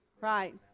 Right